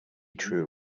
true